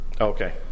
Okay